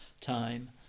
time